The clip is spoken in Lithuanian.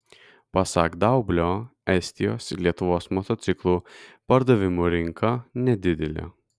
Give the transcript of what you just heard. pasak daublio estijos ir lietuvos motociklų pardavimų rinka nedidelė